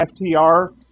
FTR